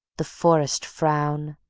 the forests frown,